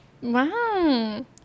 Wow